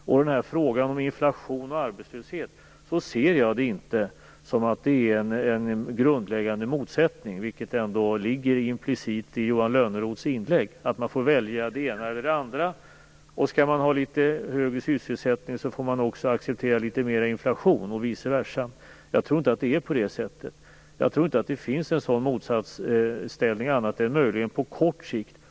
När det gäller frågan om inflation och arbetslöshet ser jag inte att det finns någon grundläggande motsättning, vilket ändå ligger implicit i Johan Lönnroth inlägg, dvs. att man får välja det ena eller det andra och att om man skall ha litet högre sysselsättning så får man också acceptera litet mer inflation och vice versa. Jag tror inte att det är på det sättet. Jag tror inte att det finns en sådan motsatsställning annat än möjligen på kort sikt.